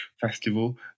Festival